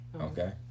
Okay